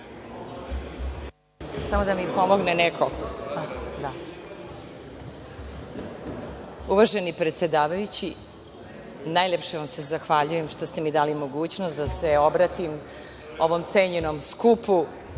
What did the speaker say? **Jadranka Jovanović** Uvaženi predsedavajući, najlepše vam se zahvaljujem što ste mi dali mogućnost da se obratim ovom cenjenom skupu